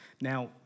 Now